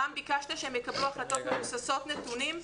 רם, ביקשת שהם יקבלו החלטות מבוססות נתונים,